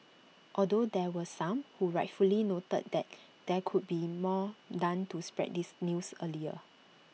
although there were some who rightfully noted that there could be more done to spread this news earlier